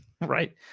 right